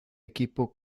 equipo